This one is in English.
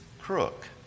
crook